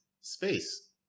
space